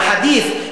בחדית',